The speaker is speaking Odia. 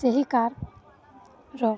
ସେହି କାର୍ର